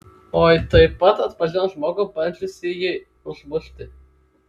oi taip pat atpažino žmogų bandžiusįjį užmušti